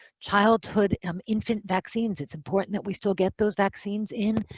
childhood um infant vaccines, it's important that we still get those vaccines in.